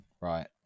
right